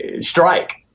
strike